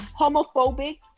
homophobic